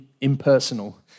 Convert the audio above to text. impersonal